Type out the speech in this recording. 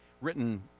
written